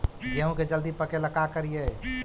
गेहूं के जल्दी पके ल का करियै?